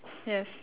yes